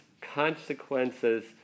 consequences